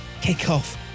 kickoff